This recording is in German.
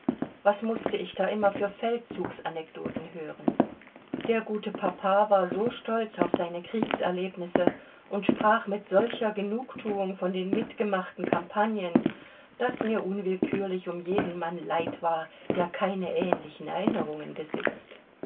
was mußte ich da immer für feldzugsanekdoten hören der gute papa war so stolz auf seine kriegserlebnisse und sprach mit solcher genugthuung von den mitgemachten campagnen daß mir unwillkürlich um jeden mann leid war der keine ähnlichen erinnerungen besitzt